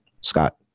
Scott